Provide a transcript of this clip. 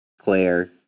Claire